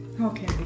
Okay